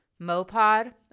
Mopod